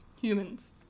humans